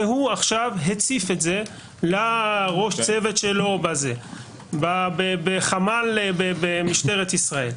והוא עכשיו הציף את זה לראש צוות שלו בחמ"ל במשטרת ישראל.